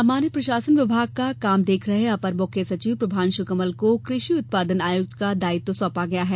सामान्य प्रशासन विभाग का काम देख रहे अपर मुख्य सचिव प्रभांशु कमल को कृषि उत्पादन आयुक्त का दायित्व सौंपा गया है